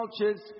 cultures